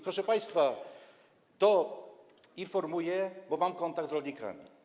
Proszę państwa, informuję, bo mam kontakt z rolnikami.